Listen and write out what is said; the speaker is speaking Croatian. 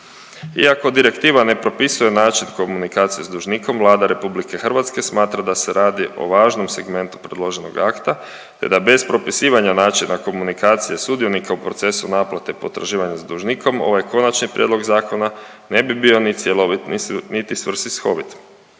Iako Direktiva ne propisuje način komunikacije s dužnikom, Vlada RH smatra da se radi o važnom segmentu predloženog akta te da bez propisivanja načina komunikacije sudionika u procesu naplate potraživanja s dužnikom, ovaj konačni prijedlog zakona ne bi bio ni cjelovit niti svrsishovit.